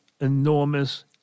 enormous